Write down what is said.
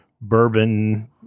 bourbon